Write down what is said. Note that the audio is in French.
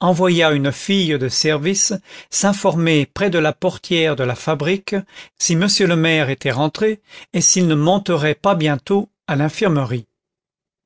envoya une fille de service s'informer près de la portière de la fabrique si m le maire était rentré et s'il ne monterait pas bientôt à l'infirmerie